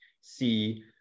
see